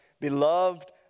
beloved